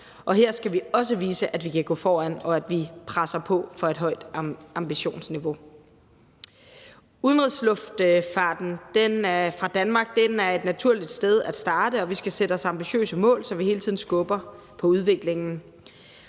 Her skal vi også vise, at vi kan gå foran, og at vi presser på for et højt ambitionsniveau. Udenrigsluftfarten fra Danmark er et naturligt sted at starte, og vi skal sætte os ambitiøse mål, så vi hele tiden skubber på udviklingen.